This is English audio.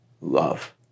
love